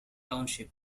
township